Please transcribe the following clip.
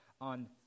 on